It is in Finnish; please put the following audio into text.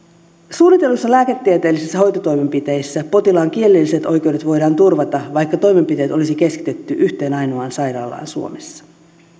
suunnitelluissa lääketieteellisissä hoitotoimenpiteissä potilaan kielelliset oikeudet voidaan turvata vaikka toimenpiteet olisi keskitetty yhteen ainoaan sairaalaan suomessa